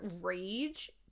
rage